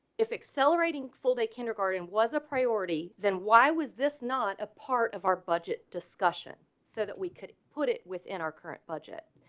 if accelerating full day kindergarten was a priority, then why was this not a part of our budget discussion so that we could put it within our current budget